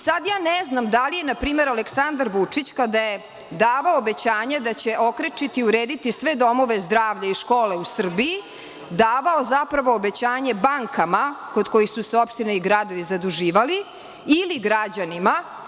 Sada je ne znam, da li je npr. Aleksandar Vučić, kada je davao obećanje da će okrečiti i urediti sve domove zdravlja i škole u Srbiji, davao zapravo obećanje bankama kod kojih su se opštine i gradovi zaduživali ili građanima.